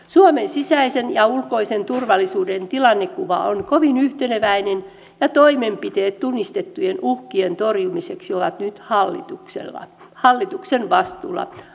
suomen sisäisen ja ulkoisen turvallisuuden tilannekuva on kovin yhteneväinen ja toimenpiteet tunnistettujen uhkien torjumiseksi ovat nyt hallituksen vastuulla